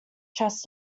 chest